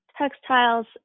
textiles